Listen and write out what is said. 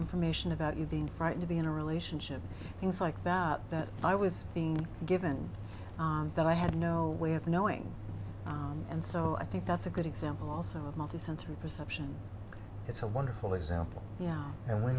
information about you being right to be in a relationship things like that that i was feeling given that i had no way of knowing and so i think that's a good example also of multi sensory perception it's a wonderful example yeah and when